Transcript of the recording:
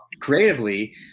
Creatively